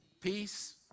peace